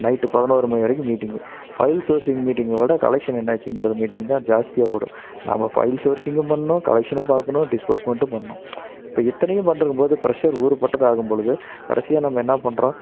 night பதினோரு மணி வரைக்கும் மீட்டிங்கு ஃபைல் சோர்சிங் மீட்டிங்கை விட கலெக்ஷன் என்னாச்சுங்கிற மீட்டிங் தான் ஜாஸ்த்தியாக ஓடும் நம்ம ஃபைல் சோர்சிங்கும் பண்ணணும் கலெக்ஷனும் பாக்கணும் டிஸ்போஸ்மெண்ட்டும் பண்ணணும் இப்போ இத்தனையும் பண்ணிட்டுருக்கும் போது ப்ரெஷ்ஷர் ஊருப்பட்டதாக ஆகும் பொழுது கடைசியாக நம்ம என்ன பண்ணுறோம்